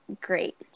great